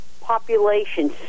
population